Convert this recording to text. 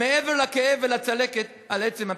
מעבר לכאב ולצלקת על עצם הפינוי.